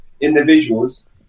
individuals